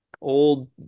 old